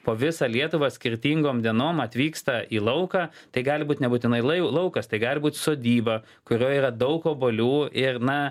po visą lietuvą skirtingom dienom atvyksta į lauką tai gali būt nebūtinai laukas tai gali būt sodyba kurioj yra daug obuolių ir na